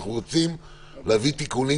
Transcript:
אנחנו רוצים להביא תיקונים,